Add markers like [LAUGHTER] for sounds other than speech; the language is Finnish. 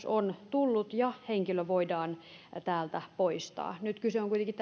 [UNINTELLIGIBLE] on tullut ja henkilö voidaan täältä poistaa nyt tässä tilanteessa kyse on kuitenkin [UNINTELLIGIBLE]